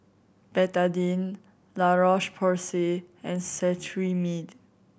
Betadine La Roche Porsay and Cetrimide